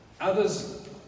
others